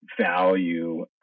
value